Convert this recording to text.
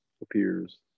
appears